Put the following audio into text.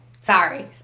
Sorry